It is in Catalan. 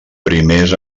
primers